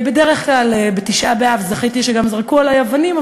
בדרך כלל בתשעה באב זכיתי שגם זרקו עלי אבנים,